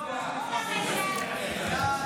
בבקשה, חבר הכנסת צבי ידידיה סוכות, הוא מוותר.